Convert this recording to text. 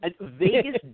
Vegas